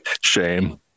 Shame